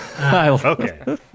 Okay